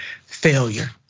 failure